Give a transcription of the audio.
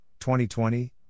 2020